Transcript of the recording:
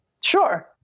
Sure